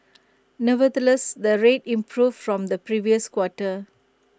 nevertheless the rates improved from the previous quarter